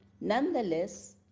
nonetheless